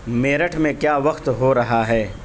میرٹھ میں کیا وقت ہو رہا ہے